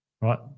Right